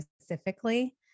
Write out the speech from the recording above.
specifically